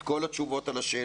את כל התשובות על השאלות,